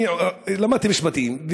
אני למדתי משפטים,